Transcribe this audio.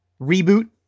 reboot